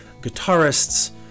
guitarists